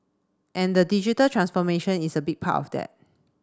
and the digital transformation is a big part of that